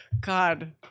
God